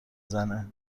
زنه